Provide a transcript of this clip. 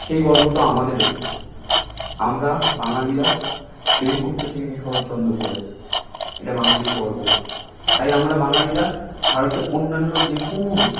সেই গর্ব তো আমাদেরও আমরা বাঙালিরা প্রেম করতে শিখেছি শরৎচন্দ পড়ে এটা বাঙালির গর্ব তাই আমরা বাঙালিরা ভারতের অন্যান্য যেকোনো